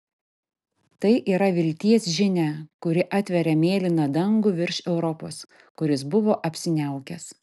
tai yra vilties žinia kuri atveria mėlyną dangų virš europos kuris buvo apsiniaukęs